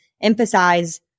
emphasize